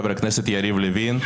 חבר הכנסת יריב לוין,